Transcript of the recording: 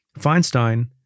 Feinstein